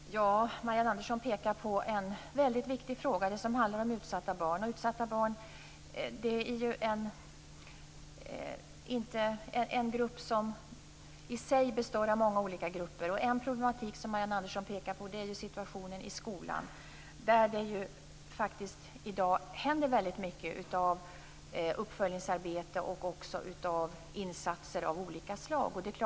Fru talman! Marianne Andersson pekar på en väldigt viktig fråga som handlar om utsatta barn. Det är en grupp som i sig består av många olika grupper. En problematik som Marianne Andersson pekar på är situationen i skolan. Där händer det väldigt mycket i dag - uppföljningsarbete och insatser av olika slag.